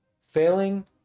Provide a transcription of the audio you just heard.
failing